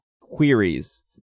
queries